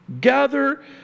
Gather